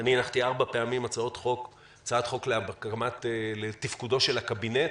אני הנחתי ארבע פעמים הצעת חוק לתפקודו של הקבינט.